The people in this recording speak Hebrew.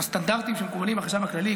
הסטנדרטים שמקובלים בחשב הכללי,